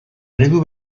eredu